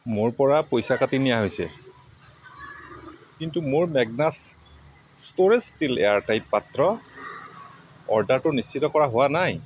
মোৰ পৰা পইচা কাটি নিয়া হৈছে কিন্তু মোৰ Magnus storage steel air tight পাত্ৰ অৰ্ডাৰটো নিশ্চিত কৰা হোৱা নাই